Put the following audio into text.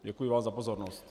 Děkuji vám za pozornost.